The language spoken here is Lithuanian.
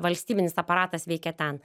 valstybinis aparatas veikia ten